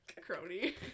crony